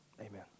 Amen